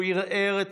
הוא ערער את